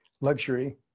luxury